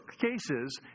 cases